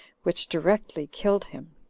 which directly killed him.